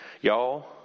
y'all